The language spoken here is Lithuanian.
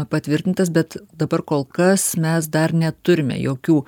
patvirtintas bet dabar kol kas mes dar neturime jokių